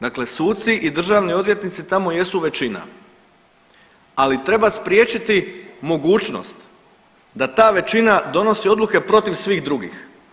Dakle, suci i državni odvjetnici tamo jesu većina, ali treba spriječiti mogućnost da ta većina donosi odluke protiv svih drugih.